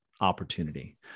opportunity